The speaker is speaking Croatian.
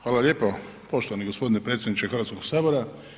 Hvala lijepo poštovani gospodine predsjedniče Hrvatskog sabora.